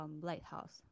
Lighthouse